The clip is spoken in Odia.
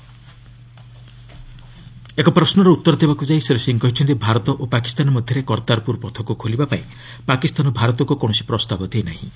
ଆଡ୍ ଭିକେ ସିଂ ଏକ ପ୍ରଶ୍ନର ଉତ୍ତର ଦେବାକୁ ଯାଇ ଶ୍ରୀ ସିଂ କହିଛନ୍ତି ଭାରତ ଓ ପାକିସ୍ତାନ ମଧ୍ୟରେ କର୍ତ୍ତାର୍ପୁର ପଥକୁ ଖୋଲିବାପାଇଁ ପାକିସ୍ତାନ ଭାରତକୁ କୌଣସି ପ୍ରସ୍ତାବ ଦେଇ ନାହିଁ